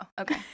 okay